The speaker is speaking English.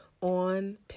on